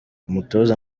umutoza